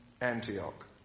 Antioch